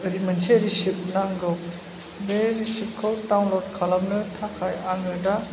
ओरै मोनसे रिसिप्ट नांगौ बे रिसिप्ट खौ डाउनलद खालामनो थाखाय आङो दा